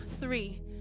three